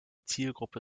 zielgruppe